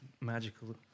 magical